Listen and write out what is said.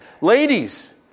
Ladies